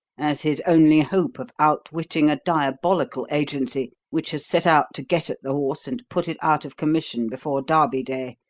as his only hope of outwitting a diabolical agency which has set out to get at the horse and put it out of commission before derby day,